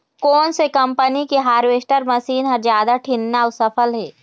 कोन से कम्पनी के हारवेस्टर मशीन हर जादा ठीन्ना अऊ सफल हे?